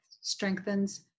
strengthens